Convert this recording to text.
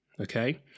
Okay